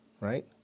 Right